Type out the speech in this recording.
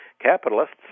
capitalists